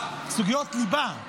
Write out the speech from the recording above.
סוגיות ליבה,